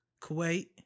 Kuwait